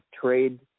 trade